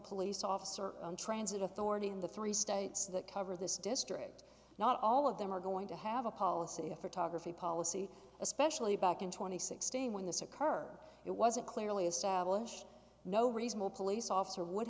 police officer transit authority in the three states that cover this district not all of them are going to have a policy of photography policy especially back in two thousand and sixteen when this occurred it was a clearly established no reasonable police officer would